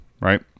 right